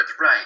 right